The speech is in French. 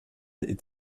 est